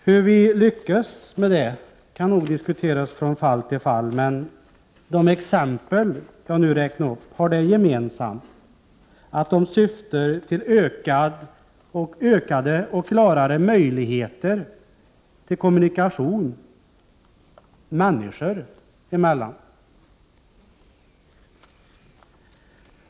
Hur vi lyckas kan nog diskuteras från fall till fall. Men de exempel jag nu har räknat upp har det gemensamt att de syftar till ökade och klarare möjligheter till kommunikation människor emellan.